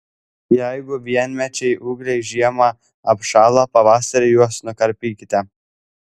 jeigu vienmečiai ūgliai žiemą apšąla pavasarį juos nukarpykite